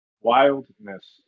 Wildness